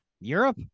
Europe